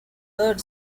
heard